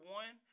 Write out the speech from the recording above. one